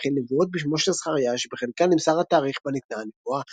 מכיל נבואות בשמו של זכריה שבחלקן נמסר התאריך בה ניתנה הנבואה.